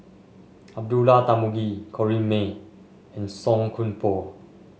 Abdullah Tarmugi Corrinne May and Song Koon Poh